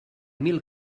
mil